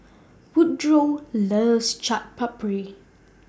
Woodroe loves Chaat Papri